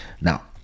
now